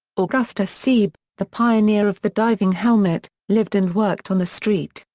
augustus siebe, the pioneer of the diving helmet, lived and worked on the street,